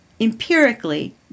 empirically